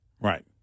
Right